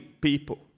people